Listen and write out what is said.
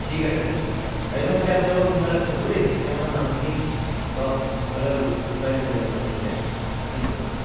ঠিক আছে ঠিক আছে গাড়ীখন খালী আপুনি অকণ সোনকালে পঠিয়াব দেই তেতিয়া মানে মানুহখিনি অলপ সোনকালে ওলাই দিব গাড়ীখন দেখিলে ঠিক আছে